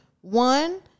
one